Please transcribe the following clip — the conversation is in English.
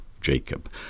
Jacob